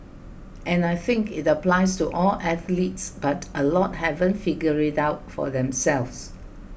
and I think it applies to all athletes but a lot haven't figured it out for themselves